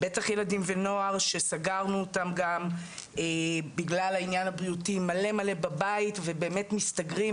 בטח ילדים ונוער שסגרנו אותם גם בגלל הענין הבריאותי מלא בבית ומסתגרים,